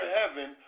heaven